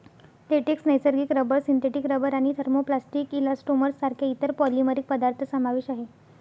latex, नैसर्गिक rubber, synthetic rubber आणि thermoplastic elastomers सारख्या इतर पॉलिमरिक पदार्थ समावेश आहे